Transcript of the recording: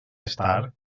estar